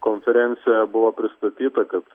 konferencijoje buvo pristatyta kad